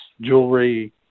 jewelry